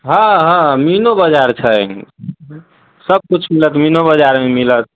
हँ हँ मीनो बजार छै सभ किछु मिलत मीनो बजारमे मिलत